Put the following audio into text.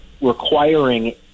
requiring